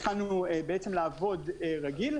התחלנו בעצם לעבוד רגיל,